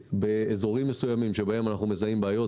באזורים מסוימים שבהם אנחנו מזהים בעיות,